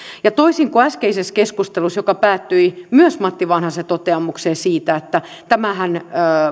suhteen toisin kuin äskeisessä keskustelussa joka päättyi myös matti vanhasen toteamukseen siitä että tämä